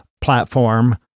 platform